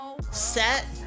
Set